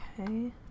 Okay